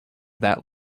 that